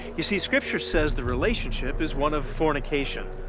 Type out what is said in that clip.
you see, scripture says the relationship is one of fornication